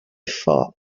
fall